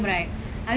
yes